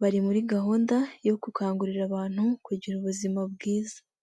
Bari muri gahunda yo gukangurira abantu kugira ubuzima bwiza.